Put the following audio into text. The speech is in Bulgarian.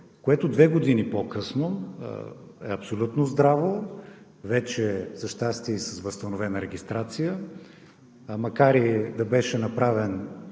което две години по-късно е абсолютно здраво. За щастие вече е с възстановена регистрация, макар и да беше направен